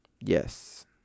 Yes